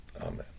Amen